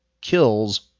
kills